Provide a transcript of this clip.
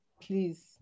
Please